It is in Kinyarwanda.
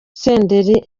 senderi